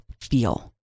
feel